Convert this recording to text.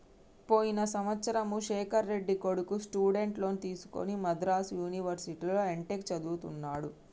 పోయిన సంవత్సరము శేఖర్ రెడ్డి కొడుకు స్టూడెంట్ లోన్ తీసుకుని మద్రాసు యూనివర్సిటీలో ఎంటెక్ చదువుతున్నడు